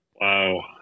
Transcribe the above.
Wow